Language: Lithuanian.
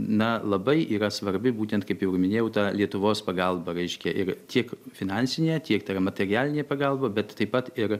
na labai yra svarbi būtent kaip jau ir minėjau ta lietuvos pagalba reiškia ir tiek finansinė tiek tai yra materialinė pagalba bet taip pat ir